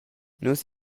nus